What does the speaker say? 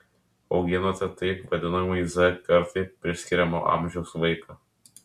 auginate taip vadinamajai z kartai priskiriamo amžiaus vaiką